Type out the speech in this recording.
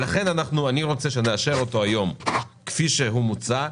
לכן אני רוצה שנאשר אותלו היום כפי שהוא מוצא,